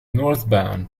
northbound